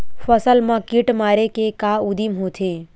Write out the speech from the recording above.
फसल मा कीट मारे के का उदिम होथे?